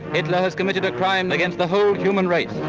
hitler has committed a crime against the whole human race.